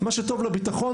מה שטוב לביטחון,